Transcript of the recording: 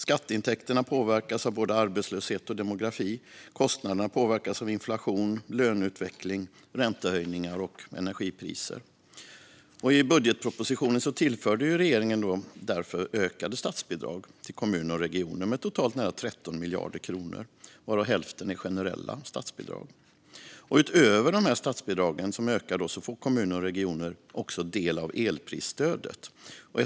Skatteintäkterna påverkas av både arbetslöshet och demografi, och kostnaderna påverkas av inflation, löneutveckling, räntehöjningar och energipriser. I budgetpropositionen tillför regeringen därför ökade statsbidrag till kommuner och regioner med totalt nära 13 miljarder kronor, varav hälften är generella statsbidrag. Utöver dessa ökade statsbidrag får kommuner och regioner också del av elprisstödet.